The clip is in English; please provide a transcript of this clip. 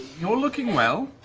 you're looking well.